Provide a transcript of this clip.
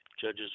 judges